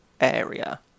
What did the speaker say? area